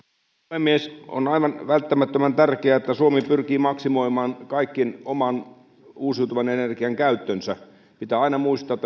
puhemies on aivan välttämättömän tärkeää että suomi pyrkii maksimoimaan kaiken oman uusiutuvan energian käyttönsä pitää aina muistaa